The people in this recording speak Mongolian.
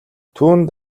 түүнд